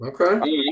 Okay